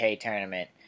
tournament